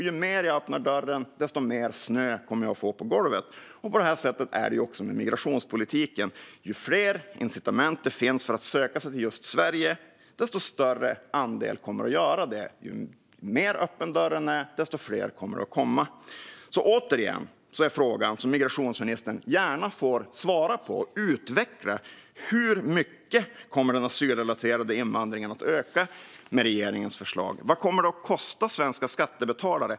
Ju mer jag öppnar dörren, desto mer snö kommer jag att få på golvet. Så är det också med migrationspolitiken. Ju fler incitament det finns för att söka sig till just Sverige, desto större andel kommer att göra det. Ju mer öppen dörren är, desto fler kommer att komma. Återigen är frågan, som migrationsministern gärna får svara på och utveckla: Hur mycket kommer den asylrelaterade invandringen att öka med regeringens förslag? Vad kommer det att kosta svenska skattebetalare?